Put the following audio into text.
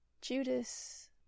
Judas